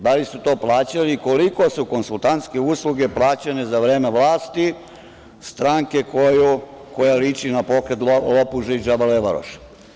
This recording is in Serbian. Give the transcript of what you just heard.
Da li su to plaćali i koliko su konsultantske usluge plaćene za vreme vlasti stranke koja liči na pokret lopuža i džabalebaroša?